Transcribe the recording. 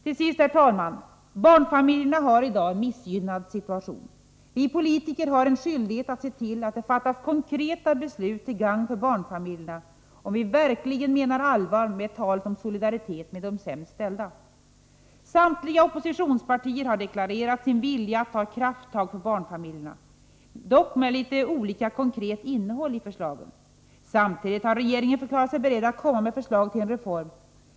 Till sist, herr talman: Barnfamiljerna har i dag en missgynnad situation. Vi politiker har en skyldighet att se till att det fattas konkreta beslut till gagn för barnfamiljerna om vi verkligen menar allvar med talet om solidaritet med de sämst ställda. Samtliga oppositionspartier har deklarerat sin vilja att ta ett krafttag för barnfamiljerna — dock med litet olika konkret innehåll i förslagen. Samtidigt har regeringen förklarat sig beredd att komma med förslag till en reform.